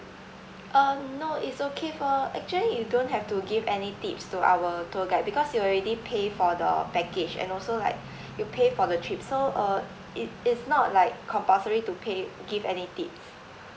uh no it's okay for actually you don't have to give any tips to our tour guide because you're already pay for the package and also like you pay for the trip so uh it it's not like compulsory to pay give any tips